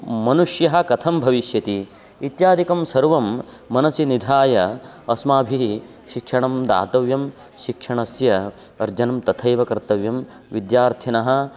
मनुष्यः कथं भविष्यति इत्यादिकं सर्वं मनसि निधाय अस्माभिः शिक्षणं दातव्यं शिक्षणस्य अर्जनं तथैव कर्तव्यं विद्यार्थिनः